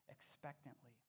expectantly